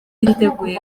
batiteguye